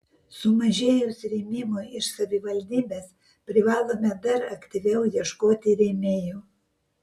sumažėjus rėmimui iš savivaldybės privalome dar aktyviau ieškoti rėmėjų